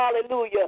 hallelujah